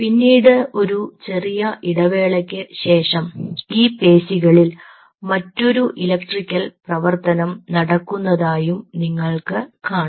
പിന്നീട് ഒരു ചെറിയ ഇടവേളക്ക് ശേഷം ഈ പേശികളിൽ മറ്റൊരു ഇലക്ട്രിക്കൽ പ്രവർത്തനം നടക്കുന്നതായും നിങ്ങൾക്ക് കാണാം